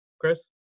Chris